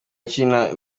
ukinira